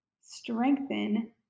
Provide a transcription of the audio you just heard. strengthen